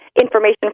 information